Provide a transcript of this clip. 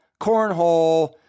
cornhole